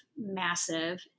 massive